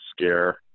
scare